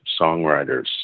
songwriters